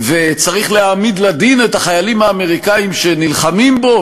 וצריך להעמיד לדין את החיילים האמריקנים שנלחמים בו,